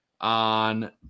on –